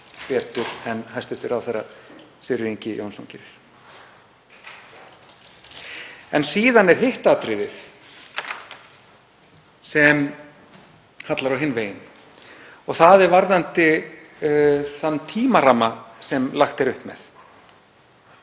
betur en hæstv. ráðherra Sigurður Ingi Jónsson gerir. Síðan er hitt atriðið sem hallar á hinn veginn og það er varðandi þann tímaramma sem lagt er upp með.